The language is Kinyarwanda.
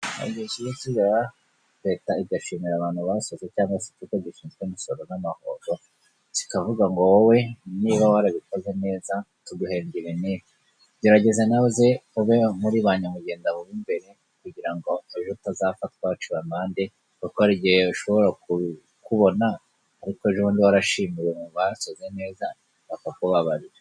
Leta igashimira abantu basoze cyangwa se ikigo gishinzwe imisoro n'amahoro kikavuga ngo wowe niba warabikoze neza tuguhengere inte gerageza nawe ube muri ba nyamugenda bu b'imbere kugira ngo ejo utazafatwa haciwe amande kuko hari igihe ushobora kukubona ariko ejobundi warashimiwe basaze neza bakakubabarira.